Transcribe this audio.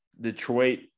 Detroit